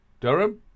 Durham